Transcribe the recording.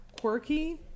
quirky